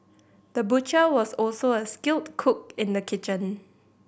the butcher was also a skilled cook in the kitchen